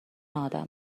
آدما